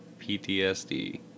PTSD